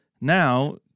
now